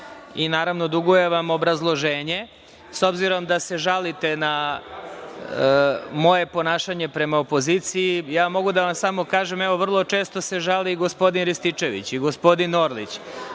Naravno, dugujem vam obrazloženje.S obzirom da se žalite na moje ponašanje prema opoziciji, ja mogu da vam samo kažem, evo, vrlo često se žali i gospodin Rističević i gospodin Orlić,